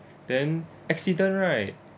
then accident right